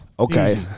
Okay